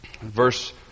Verse